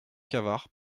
cavard